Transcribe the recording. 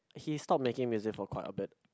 he stopped making music for quite a bit